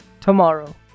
tomorrow